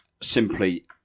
simply